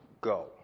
go